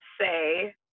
say